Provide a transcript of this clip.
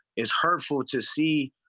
it's hard for to see.